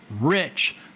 rich